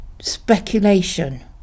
speculation